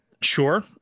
Sure